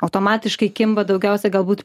automatiškai kimba daugiausia galbūt